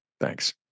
Thanks